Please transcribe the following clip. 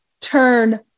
turn